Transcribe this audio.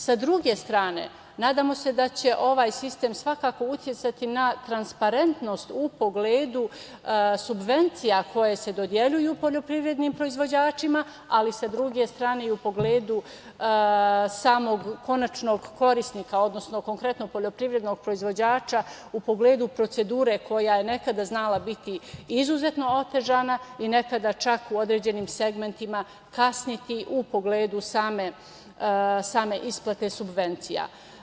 Sa druge strane, nadamo se da će ovaj sistem svakako uticati na transparentnost, u pogledu subvencija koje se dodeljuju poljoprivrednim proizvođačima, ali sa druge strane i u pogledu samog konačnog korisnika, odnosno konkretno poljoprivrednog proizvođača, u pogledu procedure, koja je nekada znala biti izuzetno otežana i nekada čak, u određenim segmentima kasniti u pogledu same isplate subvencija.